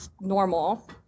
normal